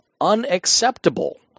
unacceptable